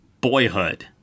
Boyhood